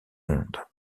monde